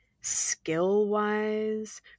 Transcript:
skill-wise